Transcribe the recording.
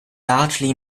largely